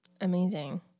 amazing